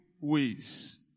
ways